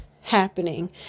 happening